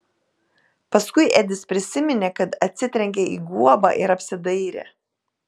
paskui edis prisiminė kad atsitrenkė į guobą ir apsidairė